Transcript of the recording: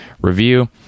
review